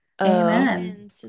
Amen